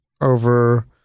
over